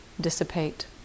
dissipate